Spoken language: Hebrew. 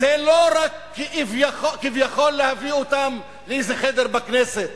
זה לא רק כביכול להביא אותם לאיזה חדר בכנסת,